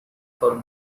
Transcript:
for